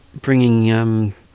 bringing